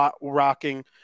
rocking